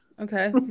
Okay